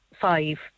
five